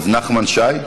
אז נחמן שי.